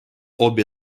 обе